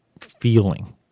feeling